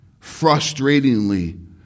frustratingly